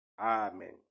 Amen